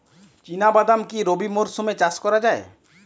চিনা বাদাম কি রবি মরশুমে চাষ করা যায়?